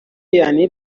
یعنی